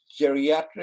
geriatric